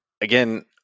again